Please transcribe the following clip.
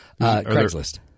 Craigslist